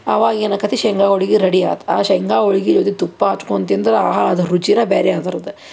ಅವಾಗ ಏನು ಆಕ್ತತಿ ಶೇಂಗಾ ಹೋಳ್ಗೆ ರಡಿ ಆತು ಆ ಶೇಂಗಾ ಹೋಳ್ಗೆ ಜೊತೆ ತುಪ್ಪ ಹಚ್ಕೊಂಡ್ ತಿಂದ್ರೆ ಆಹಾ ಅದರ ರುಚಿನೇ ಬೇರೆ ಅದ್ರದು